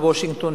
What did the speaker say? בוושינגטון,